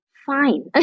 fine